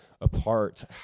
apart